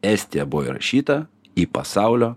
estija buvo įrašyta į pasaulio